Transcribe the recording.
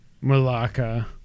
Malacca